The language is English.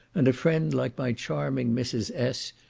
and a friend like my charming mrs. s,